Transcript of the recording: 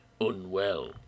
unwell